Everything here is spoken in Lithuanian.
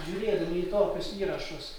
žiūrėdami į tokius įrašus